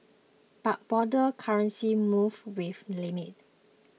but broader currency moves were limited